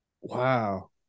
Wow